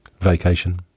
vacation